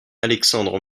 alexandre